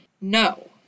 No